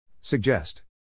Suggest